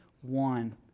One